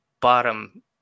bottom